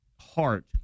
heart